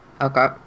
Okay